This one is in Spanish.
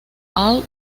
all